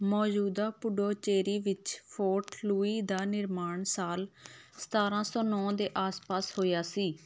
ਮੌਜੂਦਾ ਪੁਡੂਚੇਰੀ ਵਿੱਚ Fort Louis ਦਾ ਨਿਰਮਾਣ ਸਾਲ ਸਤਾਰਾਂ ਸੌ ਨੌਂ ਦੇ ਆਸਪਾਸ ਹੋਇਆ ਸੀ